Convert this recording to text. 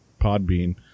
Podbean